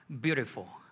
beautiful